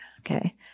Okay